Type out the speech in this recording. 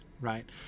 right